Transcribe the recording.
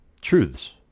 truths